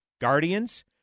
guardians